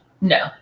No